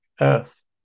earth